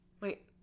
Wait